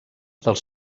dels